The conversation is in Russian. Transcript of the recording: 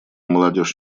молодежь